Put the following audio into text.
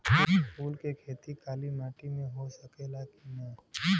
फूल के खेती काली माटी में हो सकेला की ना?